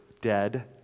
dead